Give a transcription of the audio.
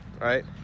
right